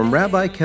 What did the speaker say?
rabbi